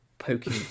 poking